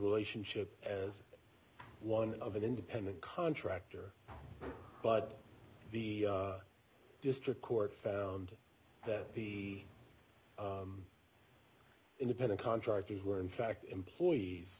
relationship as one of an independent contractor but the district court found that independent contractors were in fact employees